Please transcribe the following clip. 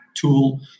tool